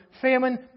famine